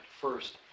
First